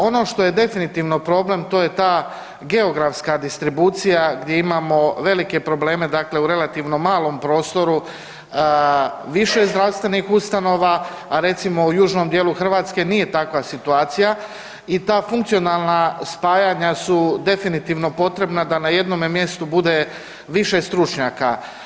Ono što je definitivno problem, to je ta geografska distribucija gdje imamo velike probleme, dakle u relativno malom prostoru više zdravstvenih ustanova a recimo u južnom djelu Hrvatske nije takva situacija i ta funkcionalna spajanja su definitivno potrebna da na jednome mjestu bude više stručnjaka.